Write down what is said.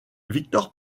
victor